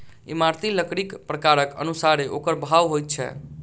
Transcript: इमारती लकड़ीक प्रकारक अनुसारेँ ओकर भाव होइत छै